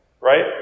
Right